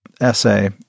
essay